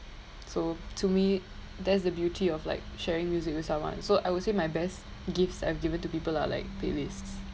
so to me that's the beauty of like sharing music with someone so I would say my best gifts I've given to people lah are like playlists